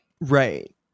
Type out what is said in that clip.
Right